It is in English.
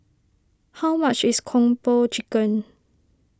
how much is Kung Po Chicken